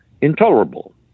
intolerable